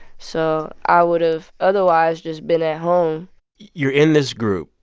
so i would have otherwise just been at home you're in this group,